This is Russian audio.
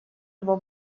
его